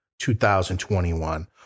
2021